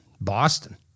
Boston